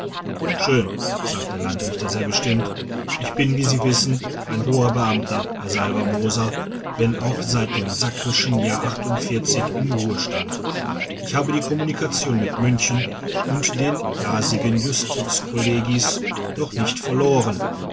schön sagt der landrichter sehr bestimmt ich bin wie sie wissen ein hoher beamter herr salvermoser wenn auch seit dem sakrischen jahr achtundvierzig im ruhestand ich habe die kommunikation mit münchen und den dasigen justizkollegiis noch nicht verloren